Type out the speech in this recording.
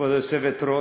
כבוד היושבת-ראש,